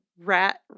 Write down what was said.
Rat